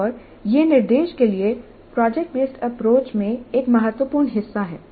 और यह निर्देश के लिए प्रोजेक्ट बेसड अप्रोच में एक महत्वपूर्ण हिस्सा है